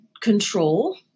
control